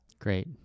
Great